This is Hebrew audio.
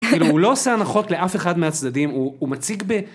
הוא לא עושה הנחות לאף אחד מהצדדים, הוא מציג ב...